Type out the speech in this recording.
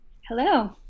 Hello